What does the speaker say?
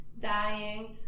dying